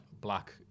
Black